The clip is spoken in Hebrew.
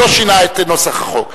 שלא שינה את נוסח החוק.